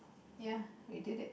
ya we did it